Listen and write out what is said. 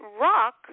rock